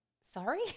sorry